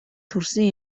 төрсөн